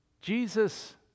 Jesus